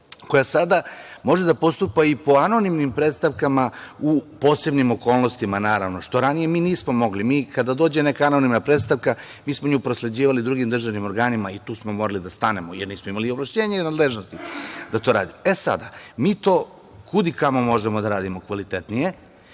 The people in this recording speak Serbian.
koja sada može da postupa i po anonimnim prestavkama u posebnim okolnostima što ranije nismo mogli. Mi kada dođe neka anonimna prestavka mi smo nju prosleđivali drugim državnim organima i tu smo morali da stanemo jer nismo imali ovlašćenja i nadležnosti da to radimo. Sada mi to kud i kamo možemo da radimo kvalitetnije,